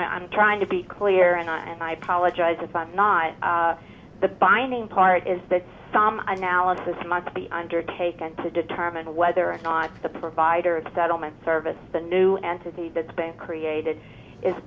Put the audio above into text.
i'm trying to be clear and i apologize if i'm not the binding part is that some analysis might be undertaken to determine whether or not the provider settlement service the new entity that's been created is